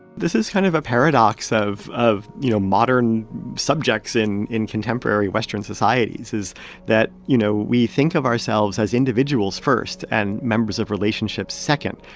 this is kind of a paradox of, you know, modern subjects in in contemporary western societies is that, you know, we think of ourselves as individuals first and members of relationships second,